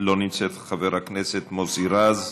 לא נמצאת, חבר הכנסת מוסי רז,